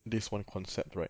this one concept right